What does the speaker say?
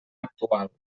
actual